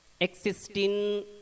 existing